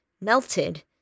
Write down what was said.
Melted